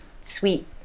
sweet